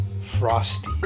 Frosty